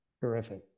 Terrific